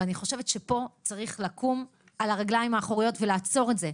ואני חושבת שפה צריך לקום על הרגליים האחוריות ולעצור את זה.